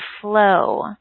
flow